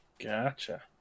Gotcha